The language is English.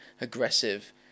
aggressive